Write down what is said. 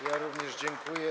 Ja również dziękuję.